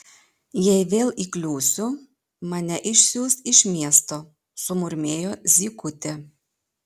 jei vėl įkliūsiu mane išsiųs iš miesto sumurmėjo zykutė